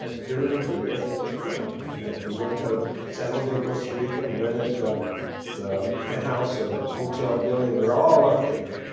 ah julie mcgee, you did the filming, i think. we went to san jose, costa rica. rented the penthouse of a hotel building. we're all up there.